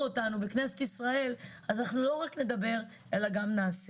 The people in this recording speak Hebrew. אותנו בכנסת ישראל אז אנחנו לא רק נדבר אלא גם נעשה.